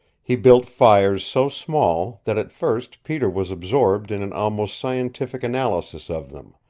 he built fires so small that at first peter was absorbed in an almost scientific analysis of them